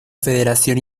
federación